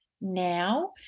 now